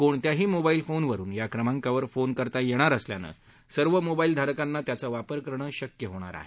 कोणत्याही मोबाईल फोनवरून या क्रमांकावर फोन करता येणार असल्यानं सर्व मोबाईल धारकांना त्याचा वापर करणं शक्य होणार आहे